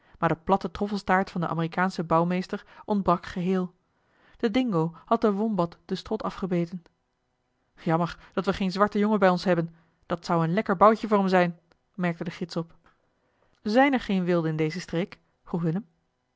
maar de platte troffelstaart van den amerikaanschen bouwmeester ontbrak geheel de dingo had den wombat den strot afgebeten jammer dat we geen zwarten jongen bij ons hebben dat zou een lekker boutje voor hem zijn merkte de gids op zijn er geen wilden in deze streek